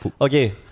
Okay